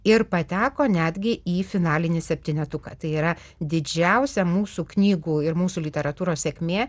ir pateko netgi į finalinį septynetuką tai yra didžiausia mūsų knygų ir mūsų literatūros sėkmė